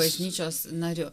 bažnyčios nariu